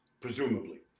presumably